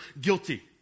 guilty